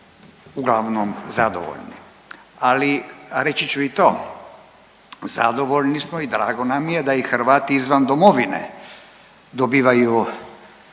uglavnom zadovoljni. Ali reći ću i to zadovoljni smo i drago nam je da i Hrvati izvan domovine dobivaju povećana